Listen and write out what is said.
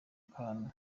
kantu